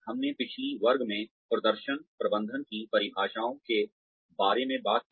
हमने पिछली वर्ग में प्रदर्शन प्रबंधन की परिभाषाओं के बारे में बात की